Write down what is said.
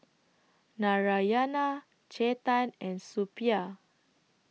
Narayana Chetan and Suppiah